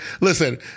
listen